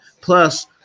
Plus